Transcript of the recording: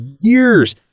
years